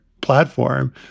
platform